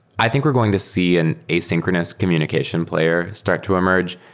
i think we're going to see in asynchronous communication player start to emerge.